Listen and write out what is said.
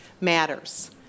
matters